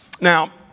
Now